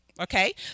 Okay